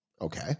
Okay